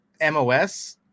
MOS